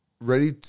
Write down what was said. Ready